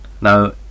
now